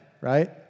right